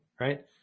right